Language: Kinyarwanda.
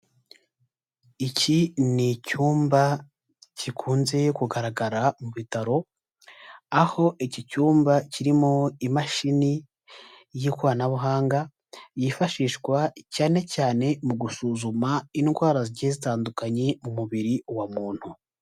Iki n'icyumba gikunze kugaragara mu bitaro, aho iki cyumba kirimo imashini y'ikoranabuhanga yifashishwa cyane cyane mu gusuzuma indwara zigiye zitandukanye mu mubiri wa muntu.